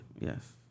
Yes